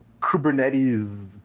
Kubernetes